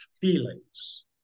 feelings